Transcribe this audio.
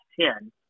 ten